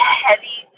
heavy